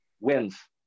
Wins